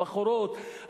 הבחורות,